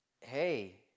Hey